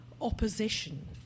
opposition